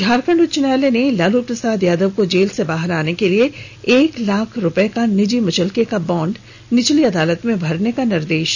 झारखंड उच्च न्यायालय ने लालू प्रसाद यादव को जेल से बाहर आने के लिए एक लाख रूपये का नीजि मुचलके का बॉड नीचली अदालत में भरने का निर्देश दिया है